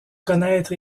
connaître